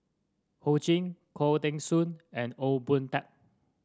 Ho Ching Khoo Teng Soon and Ong Boon Tat